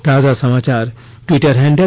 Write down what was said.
ताजा समाचार Twitter handle